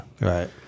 Right